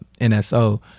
NSO